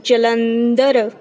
Jalandhar